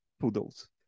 Poodles